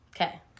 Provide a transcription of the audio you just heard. Okay